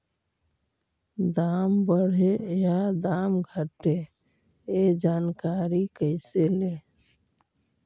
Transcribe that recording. दाम बढ़े या दाम घटे ए जानकारी कैसे ले?